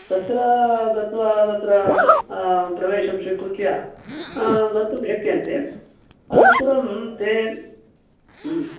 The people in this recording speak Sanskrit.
तत्र गत्वा तत्र प्रवेशं स्वीकृत्य गन्तुं शक्यन्ते अनन्तुरं ते